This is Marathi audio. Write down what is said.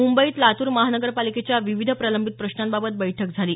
मुंबईत लातूर महानगरपालिकेतल्या विविध प्रलंबित प्रश्नांबाबत बैठक झाली